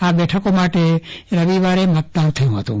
આ બેઠકો માટે રવિવારે મતદાન થયું હતું